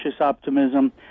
optimism